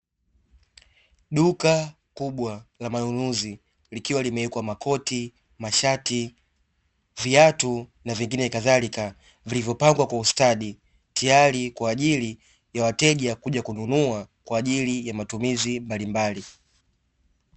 Duka kubwa la manunuzi likiwa limewekwa makoti, mashati, viatu na vingine kadharika, vilivyopangwa kwa ustadi tayari kwa ajili ya wateja kuja kununua kwa ajili ya matumizi mbalimbali.